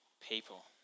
people